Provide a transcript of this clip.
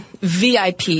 VIP